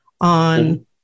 on